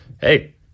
Hey